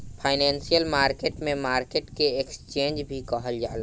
financial market में market के exchange भी कहल जाला